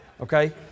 Okay